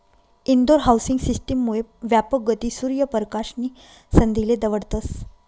Indore housing system मुये यापक गती, सूर्य परकाश नी संधीले दवडतस